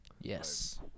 Yes